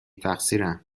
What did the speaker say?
تقصیرم